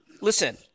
listen